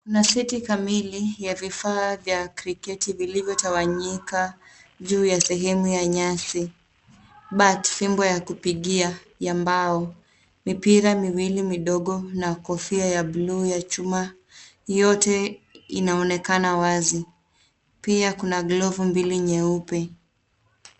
Kuna seti kamili ya vifaa vya cricket vilivyotawanyika juu ya sehemu ya nyasi. Bat fimbo ya kupigia ya mbao, mipira miwili midogo na kofia ya bluu ya chuma, yote inaonekana wazi. Pia kuna glovu mbili nyeupe.